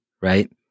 right